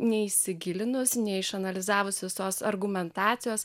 neįsigilinusi neišanalizavus visos argumentacijos